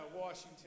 Washington